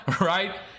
Right